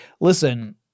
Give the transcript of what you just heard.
listen